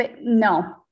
no